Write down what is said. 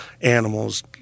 animals